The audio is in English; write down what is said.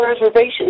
reservation